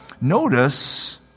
notice